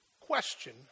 question